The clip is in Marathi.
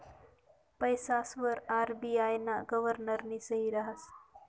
पैसासवर आर.बी.आय ना गव्हर्नरनी सही रहास